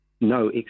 No